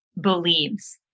believes